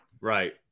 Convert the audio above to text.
right